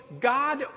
God